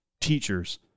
teachers